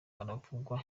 haravugwa